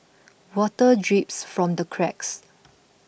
water drips from the cracks